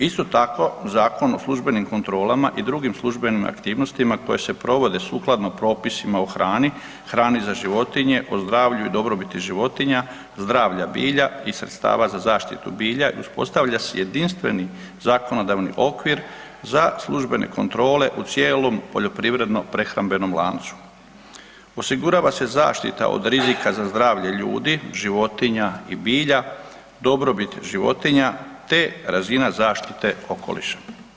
Isto tako Zakon o službenim kontrolama i drugim službenim aktivnostima koje se provode sukladno propisima o hrani, hrani za životinje, o zdravlju i dobrobiti životinja, zdravlja bilja i sredstava za zaštitu bilja i uspostavlja se jedinstveni zakonodavni okvir za službene kontrole u cijelom poljoprivredno prehrambenom lancu, osigurava se zaštita od rizika za zdravlje ljudi, životinja i bilja, dobrobit životinja, te razina zaštite okoliša.